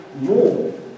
more